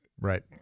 Right